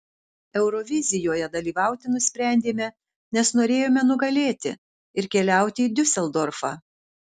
eurovizijoje dalyvauti nusprendėme nes norėjome nugalėti ir keliauti į diuseldorfą